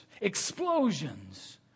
explosions